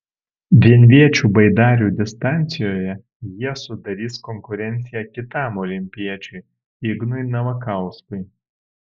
vienviečių baidarių distancijoje jie sudarys konkurenciją kitam olimpiečiui ignui navakauskui